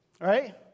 right